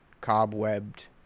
cobwebbed